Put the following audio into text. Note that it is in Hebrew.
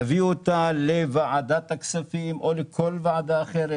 נביא אותה לוועדת הכספים או לכל ועדה אחרת